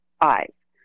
eyes